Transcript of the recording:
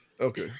Okay